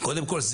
קודם כול,